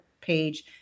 page